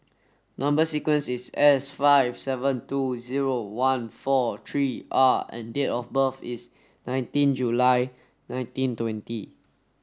number sequence is S five seven two zero one four three R and date of birth is nineteen July nineteen twenty